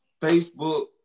Facebook